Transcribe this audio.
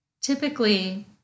Typically